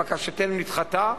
בקשתנו נדחתה,